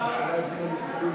ההצעה להעביר את הצעת חוק תאגידים